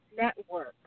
network